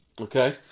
Okay